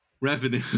Revenue